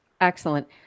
Excellent